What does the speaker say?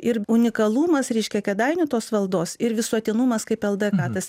ir unikalumas reiškia kėdainių tos valdos ir visuotinumas kaip ldk tas